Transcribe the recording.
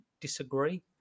disagree